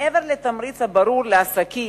מעבר לתמריץ הברור לעסקים,